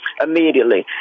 immediately